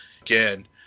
again